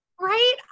Right